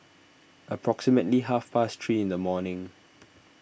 approximately half past three in the morning